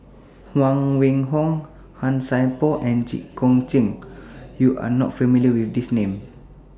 Huang Wenhong Han Sai Por and Jit Koon Ch'ng YOU Are not familiar with These Names